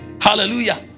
hallelujah